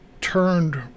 turned